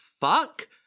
fuck